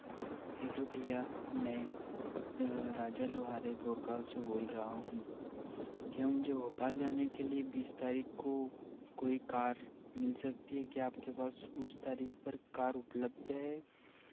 hello भैया मैं राजा लोहारे बोरगांव से बोल रहा हूँ क्या मुझे भोपाल जाने के लिए बीस तारीख को कोई कार मिल सकती है क्या आपके पास उस तारीख पर कार उपलब्ध है